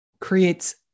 creates